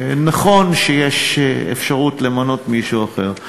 נכון שיש אפשרות למנות מישהו אחר,